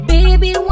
Baby